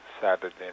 Saturday